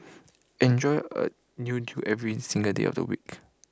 enjoy A new deal every single day of the week